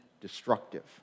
destructive